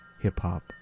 hip-hop